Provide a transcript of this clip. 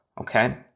Okay